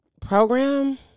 program